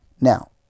Now